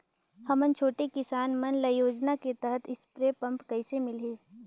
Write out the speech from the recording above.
हमन छोटे किसान मन ल योजना के तहत स्प्रे पम्प कइसे मिलही?